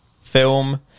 film